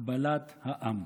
הגבלת העם".